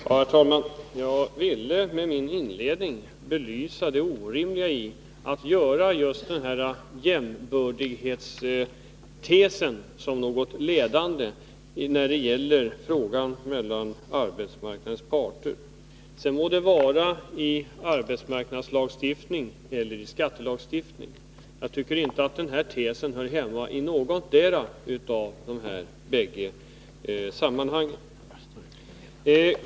Herr talman! Jag ville med min inledning belysa det orimliga i att göra just jämbördighetstesen till något ledande i fråga om förhållandet mellan arbetsmarknadens parter — sedan må det gälla arbetsmarknadslagstiftning eller skattelagstiftning. Jag tycker inte att den tesen hör hemma i någotdera av de här bägge sammanhangen.